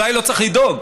אולי לא צריך לדאוג,